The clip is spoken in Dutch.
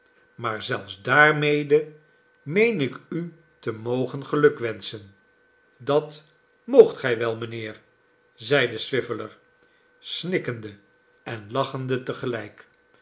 maar zelfs daarmede meen ik u te mogen gelukwenschen dat moogt gij wel mijnheer i zeide swiveller snikkende en lachende